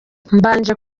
mbanje